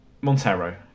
Montero